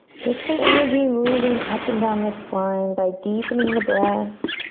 get some energy moving up and down the spine by deepening the breath.